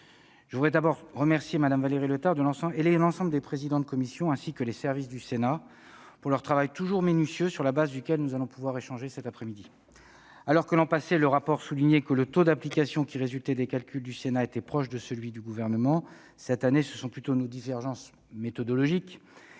je voudrais tout d'abord remercier Mme Valérie Létard, l'ensemble des présidents de commission, ainsi que les services du Sénat de leur travail toujours minutieux, sur la base duquel nous allons échanger cet après-midi. Alors que, l'an passé, le rapport soulignait que le taux d'application résultant des calculs du Sénat était « proche de celui du Gouvernement », cette année, ce sont plutôt nos divergences méthodologiques